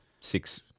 six